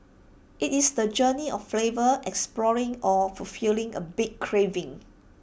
IT is the journey of flavor exploring or fulfilling A big craving